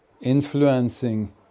influencing